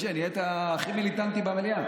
משה, נהיית הכי מיליטנטי במליאה.